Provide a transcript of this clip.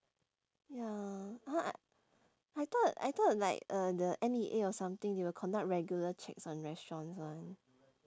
ya !huh! I thought I thought like uh the N_E_A or something they will conduct regular checks on restaurants one